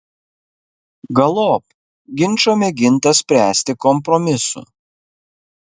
galop ginčą mėginta spręsti kompromisu